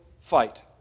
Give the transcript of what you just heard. fight